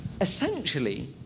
Essentially